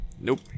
Nope